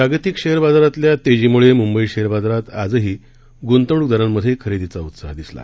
जागतिक शेअर बाजारातल्या तेजीमुळे मुंबई शेअर बाजारात आजही गुंतवणूकदारांमधे खरेदीचा उत्साह दिसला